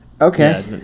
Okay